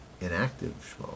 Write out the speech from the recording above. inactive